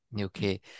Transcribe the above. Okay